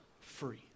free